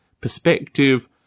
perspective